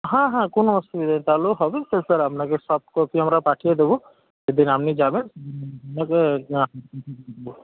হ্যাঁ হ্যাঁ কোনও অসুবিধা নেই তাহলেও হবে তো স্যার আপনাকে সফ্ট কপি আমরা পাঠিয়ে দেব যেদিন আপনি যাবেন